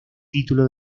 título